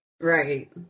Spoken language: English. right